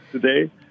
today